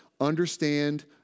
understand